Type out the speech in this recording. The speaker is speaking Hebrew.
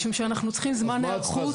משום שאנחנו צריכים זמן היערכות.